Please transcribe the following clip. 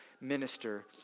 minister